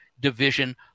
division